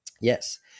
Yes